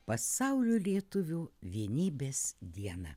pasaulio lietuvių vienybės dieną